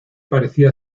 parecía